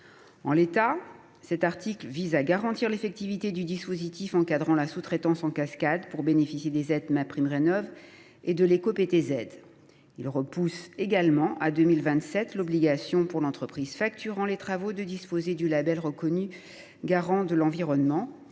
En l’état, cet article garantit l’effectivité du dispositif encadrant la sous traitance en cascade pour bénéficier de MaPrimeRénov’ et de l’éco PTZ. Il reporte également à 2027 l’obligation pour l’entreprise facturant les travaux de disposer du label Reconnu garant de l’environnement.